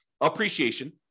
Appreciation